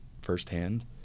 firsthand